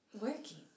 working